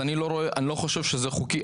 אני לא חושב שזה חוקי.